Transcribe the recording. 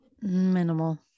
Minimal